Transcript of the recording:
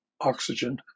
oxygen